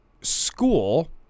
School